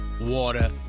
water